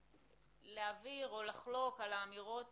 להבהיר או לחלוק על האמירות